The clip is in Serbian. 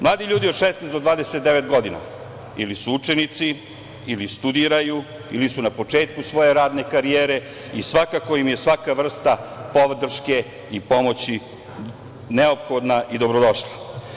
Mladi ljudi od 16 do 29 godina ili su učenici ili studiraju ili su na početku svoje radne karijere i svakako im je svaka vrsta podrške i pomoći neophodna i dobrodošla.